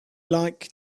like